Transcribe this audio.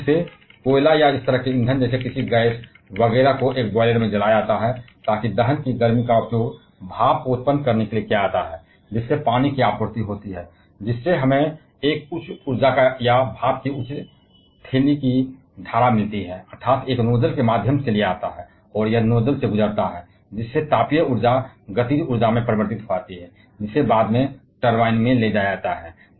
मूल रूप से कोयले या इस तरह के ईंधन जैसे किसी गैस वगैरह को एक बॉयलर में जलाया जाता है ताकि दहन की गर्मी का उपयोग भाप को उत्पन्न करने के लिए किया जाता है जिससे पानी की आपूर्ति होती है जिससे हमें एक उच्च ऊर्जा या भाप की उच्च थैली की धारा मिलती है अर्थात् एक नोजल के माध्यम से लिया जाता है और यह नोजल से गुजरता है तापीय ऊर्जा गतिज ऊर्जा में परिवर्तित हो जाती है जिसे बाद में टरबाइन में ले जाया जाता है